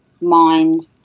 mind